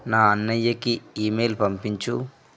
నా అన్నయ్యకి ఈమెయిల్ పంపించు